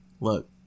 look